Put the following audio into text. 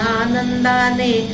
anandane